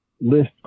list